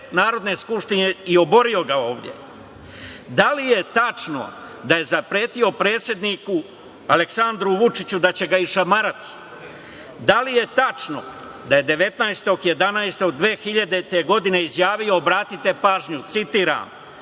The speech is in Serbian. Narodne skupštine i oborio ga ovde? Da li je tačno da je zapretio predsedniku Aleksandru Vučiću da će ga išamarati? Da li je tačno da je 19. 11. 2000. godine izjavio, citiram: